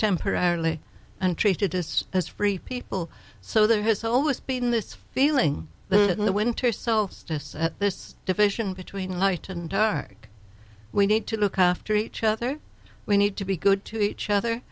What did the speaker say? temporarily and treated just as free people so there has always been this feeling that in the winter solstice this deficient between light and dark we need to look after each other we need to be good to each other